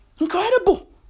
Incredible